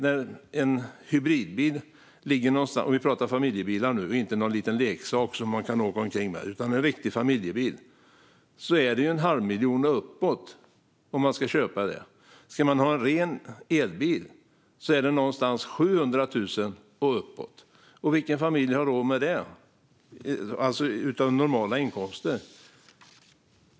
Vi pratar om riktiga familjebilar nu och inte om någon liten leksak som man kan åka omkring med. Då blir det en halv miljon och uppåt om man ska köpa en hybridbil, och om man ska ha en ren elbil ligger det på runt 700 000 och uppåt. Vilken familj med normala inkomster har råd med det?